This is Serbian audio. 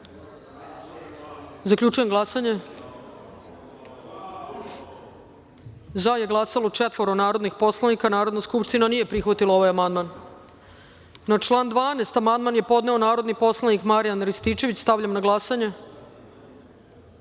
amandman. Zaključujem glasanje: za je glasalo četvoro narodnih poslanika. Narodna skupština nije prihvatila ovaj amandman. Na član 12. amandman je podneo narodni poslanik Marijan Rističević. Stavljam na glasanje